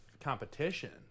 competition